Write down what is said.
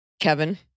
Kevin